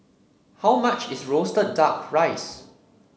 how much is roasted duck rice